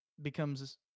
becomes